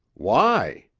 why?